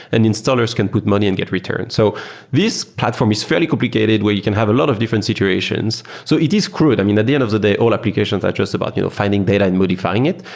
and installers can put money and get returns. so this platform is fairly complicated where you can have a lot of different situations. so it is crud. i mean, at the end of the day, all applications are just about you know finding data and modifying it.